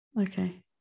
Okay